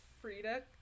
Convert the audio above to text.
Frida